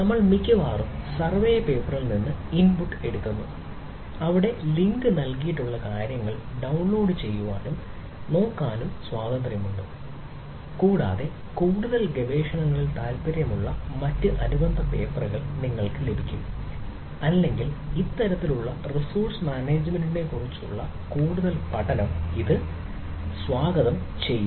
നമ്മൾ മിക്കവാറും സർവേ പേപ്പറിൽ നിന്ന് ഇൻപുട്ടുകൾ എടുക്കുന്നു അവിടെ ലിങ്ക് നൽകിയിട്ടുള്ള കാര്യങ്ങൾ ഡൌൺലോഡ് ചെയ്യാനും നോക്കാനും സ്വാതന്ത്ര്യമുണ്ട് കൂടാതെ കൂടുതൽ ഗവേഷണങ്ങളിൽ താൽപ്പര്യമുള്ള മറ്റ് അനുബന്ധ പേപ്പറുകൾ നിങ്ങൾക്ക് ലഭിക്കും അല്ലെങ്കിൽ ഇത്തരത്തിലുള്ള റിസോഴ്സ് മാനേജ്മെന്റിനെക്കുറിച്ചുള്ള കൂടുതൽ പഠനം ഇത് സ്വാഗതം ചെയ്യുന്നു